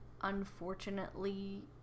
unfortunately